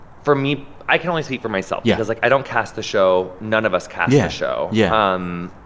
for me i can only speak for myself. yeah. because, like, i don't cast the show. none of us cast the yeah show yeah um